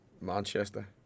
Manchester